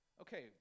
Okay